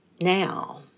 now